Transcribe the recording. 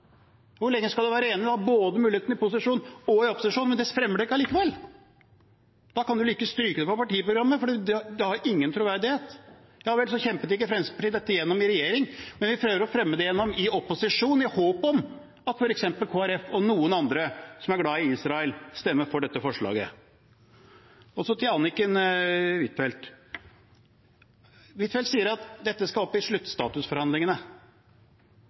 Hvor lenge skal man være enig når man har muligheten både i posisjon og i opposisjon, men ikke fremmer det likevel? Da kan man like gjerne stryke det fra partiprogrammet, for det har ingen troverdighet. Ja vel, så kjempet ikke Fremskrittspartiet dette gjennom i regjering, men vi prøver å få det gjennom i opposisjon, i håp om at f.eks. Kristelig Folkeparti og noen andre som er glad i Israel, stemmer for dette forslaget. Så til representanten Anniken Huitfeldt: Huitfeldt sier at dette skal opp i sluttstatusforhandlingene. Hvor står det? Hvor er dette imot sluttstatusforhandlingene?